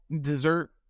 dessert